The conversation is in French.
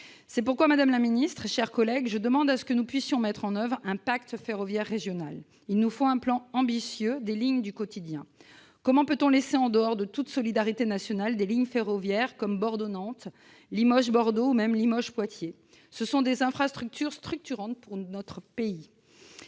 C'est pourquoi je demande que nous puissions mettre en oeuvre un pacte ferroviaire régional. Il nous faut un plan ambitieux pour les lignes du quotidien. Comment peut-on exclure de toute solidarité nationale des lignes ferroviaires comme Bordeaux-Nantes, Limoges-Bordeaux ou même Limoges-Poitiers ? Ce sont des infrastructures structurantes pour notre pays